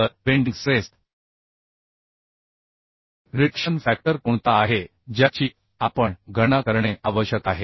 तर bending stress reduction factor कोणता आहे ज्याची आपण गणना करणे आवश्यक आहे